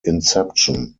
inception